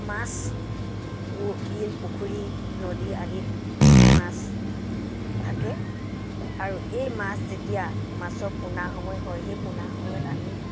মাছ বিল পুখুৰী নদী আদিত মাছ থাকে আৰু এই মাছ যেতিয়া মাছৰ পোনা সময় হয় সেই পোনা সময়ত আমি